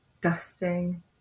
dusting